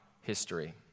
history